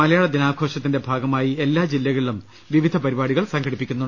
മലയാള ദിനാഘോഷത്തിന്റെ ഭാഗമായി എല്ലാ ജില്ലകളിലും വിവിധ പരിപാടികൾ സംഘടിപ്പിക്കും